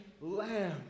lamb